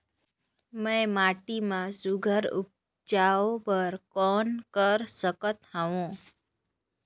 मैं माटी मा सुघ्घर उपजाऊ बर कौन कर सकत हवो?